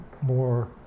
more